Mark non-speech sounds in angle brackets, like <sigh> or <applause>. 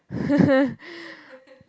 <laughs>